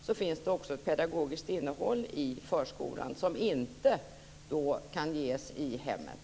Det finns också ett pedagogiskt innehåll i förskolan som inte kan ges i hemmet.